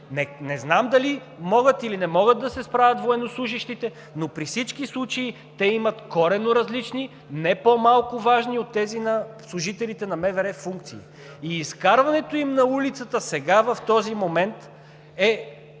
Не знам дали могат, или не могат да се справят военнослужещите, но при всички случаи те имат коренно различни, не по-малко важни от тези на служителите на МВР, функции. И изкарването им на улицата сега, в този момент, е